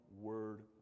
word